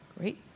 Great